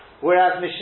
Whereas